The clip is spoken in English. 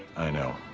i know.